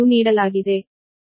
u ನೀಡಲಾಗಿದೆ